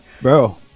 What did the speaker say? Bro